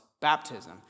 baptism